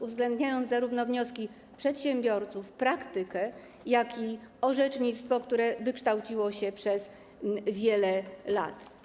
uwzględniając zarówno wnioski przedsiębiorców, praktykę, jak i orzecznictwo, które wykształciło się przez wiele lat.